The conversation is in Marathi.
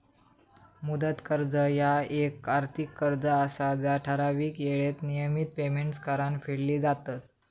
मुदत कर्ज ह्या येक आर्थिक कर्ज असा जा ठराविक येळेत नियमित पेमेंट्स करान फेडली जातत